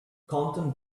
content